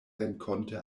renkonte